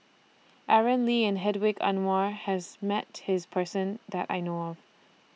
Aaron Lee and Hedwig Anuar has Met This Person that I know of